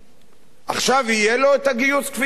עכשיו יהיה לו את הגיוס כפי שהוא רוצה?